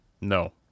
No